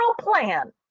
plan